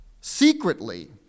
secretly